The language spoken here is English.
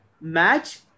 match